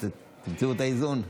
תמצאו את האיזון.